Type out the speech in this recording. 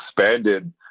expanded